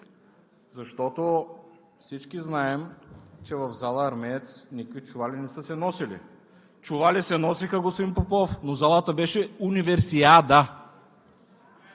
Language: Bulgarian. защото всички знаем, че в зала „Армеец“ никакви чували не са се носили. Чували се носеха, господин Попов, но залата беше „Универсиада“.